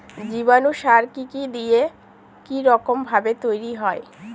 জীবাণু সার কি কি দিয়ে কি রকম ভাবে তৈরি হয়?